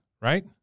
Right